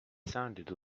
sounded